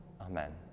Amen